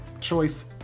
Choice